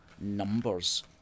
numbers